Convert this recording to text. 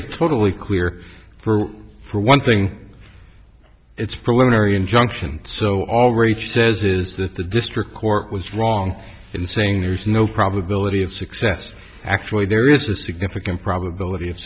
it totally clear for for one thing it's preliminary injunction so all rached says is that the district court was wrong in saying there is no probability of success actually there is a significant probability of